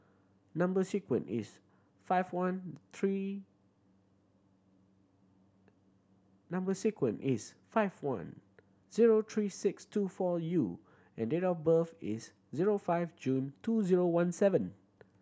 number sequence is five one three number sequence is five one zero three six two four U and date of birth is zero five June two zero one seven